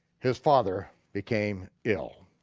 his father became ill,